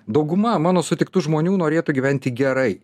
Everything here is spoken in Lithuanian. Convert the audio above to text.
dauguma mano sutiktų žmonių norėtų gyventi gerai